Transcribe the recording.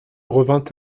revint